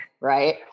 right